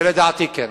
ולדעתי כן.